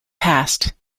past